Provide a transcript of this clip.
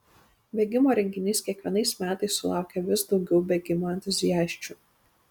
bėgimo renginys kiekvienais metais sulaukia vis daugiau bėgimo entuziasčių